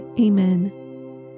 Amen